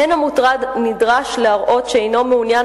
אין המוטרד נדרש להראות שאינו מעוניין